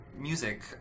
Music